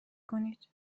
کنید